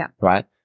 right